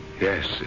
Yes